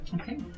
Okay